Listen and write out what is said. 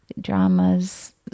dramas